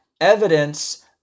evidence